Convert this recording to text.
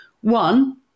One